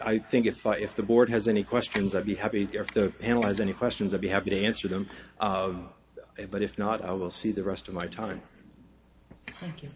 i think if i if the board has any questions i'd be happy to analyze any questions that we have to answer them but if not i will see the rest of my time thank you